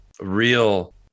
real